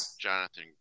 Jonathan